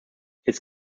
its